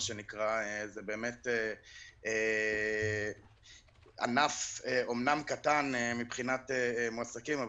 זה באמת ענף אמנם קטן מבחינת מועסקים,